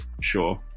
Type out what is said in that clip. Sure